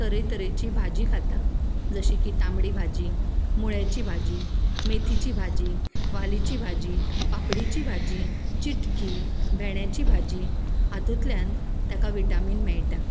तरेतरेची भाजी खाता जशी की तांबडी भाजी मुळ्याची भाजी मेथीची भाजी वालीची भाजी पापडीची भाजी चिट्की भेंड्याची भाजी हातूंतल्यान तेका विटामीन मेळटात